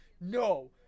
no